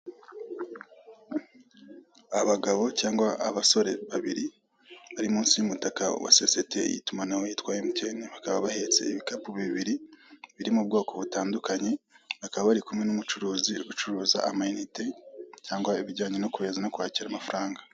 Abagabo cyangwa abasore babiri bari munsi y'umutaka wa sosite y'itumanaho yitwa MTN, bakaba bahetse ibikapu bibiri biri mu bwoko butandukanye, bakaba bari kumwe n'umucuruzi ucuruza amayinite cyangwa ibijyanye no kohereza no kwakira amafaranga.